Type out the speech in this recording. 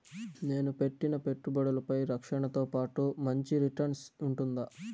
నేను పెట్టిన పెట్టుబడులపై రక్షణతో పాటు మంచి రిటర్న్స్ ఉంటుందా?